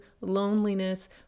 loneliness